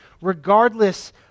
regardless